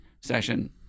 session